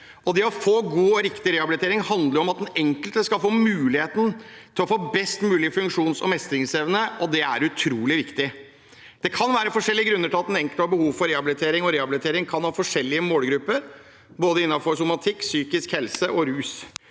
Det å få god og riktig rehabilitering handler om at den enkelte skal få muligheten til å få best mulig funksjons- og mestringsevne, og det er utrolig viktig. Det kan være forskjellige grunner til at den enkelte har behov for rehabilitering, og rehabilitering kan ha forskjellige målgrupper, både innenfor somatikk, psykisk helse og rus.